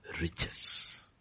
riches